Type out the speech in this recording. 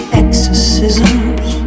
exorcisms